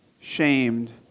shamed